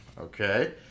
okay